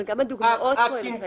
אבל גם הדוגמאות פה הן כאלה.